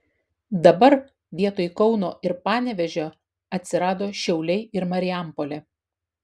dabar vietoj kauno ir panevėžio atsirado šiauliai ir marijampolė